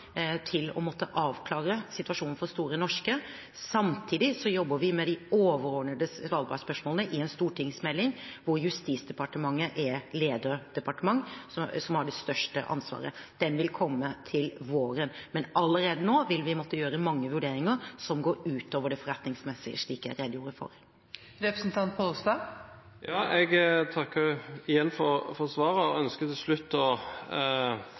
til å måtte avklare situasjonen for Store Norske. Samtidig jobber vi med de overordnede svalbardspørsmålene i en stortingsmelding, og Justisdepartementet er lederdepartmentet og har det største ansvaret. Den meldingen vil komme til våren. Men allerede nå vil vi måtte gjøre mange vurderinger som går utover det forretningsmessige, slik jeg redegjorde for. Jeg takker igjen for svaret. Jeg tror statsråden har rett i at mange gode krefter må jobbe sammen til